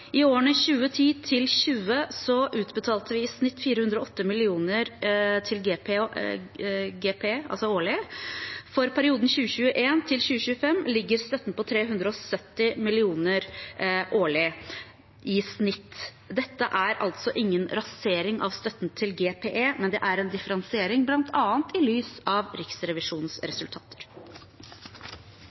I årene 2010–2020 utbetalte vi i snitt 408 mill. kr til GPE årlig. For perioden 2021–2025 ligger støtten på 370 mill. kr årlig i snitt. Dette er altså ingen rasering av støtten til GPE, men det er en differensiering, bl.a. i lys av Riksrevisjonens resultater.